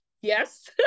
yes